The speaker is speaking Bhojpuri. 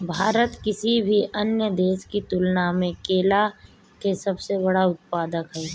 भारत किसी भी अन्य देश की तुलना में केला के सबसे बड़ा उत्पादक ह